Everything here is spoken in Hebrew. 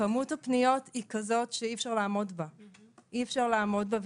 כמות הפניות היא כזאת שאי אפשר לעמוד בה.